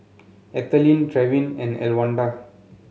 Ethelene Trevin and Elwanda